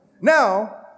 Now